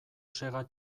sega